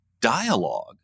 dialogue